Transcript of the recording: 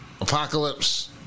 Apocalypse